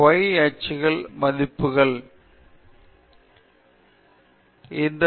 எனவே உங்களுக்கு தெரியுமா எவ்வளவு பெரிய மதிப்பு அல்லது எவ்வளவு சிறிய மதிப்பு அல்லது அது என்ன மதிப்புள்ளதோ கூட தெரியாது